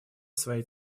своей